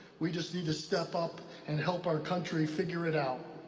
we just need to step up and help our country figure it out.